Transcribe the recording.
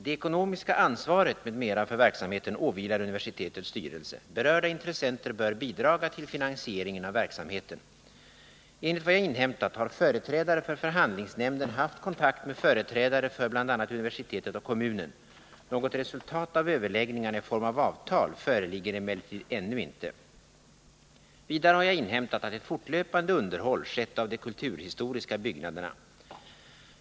Det ekonomiska ansvaret m.m. för verksamheten åvilar universitetets styrelse. Berörda intressenter bör bidraga till finansieringen av verksamheten. Enligt vad jag inhämtat har företrädare för förhandlingsnämnden haft kontakt med företrädare för bl.a. universitetet och kommunen. Något resultat av överläggningarna i form av avtal föreligger emellertid ännu inte. Vidare har jag inhämtat att ett fortlöpande underhåll skett av de kulturhistoriska byggnaderna.